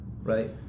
right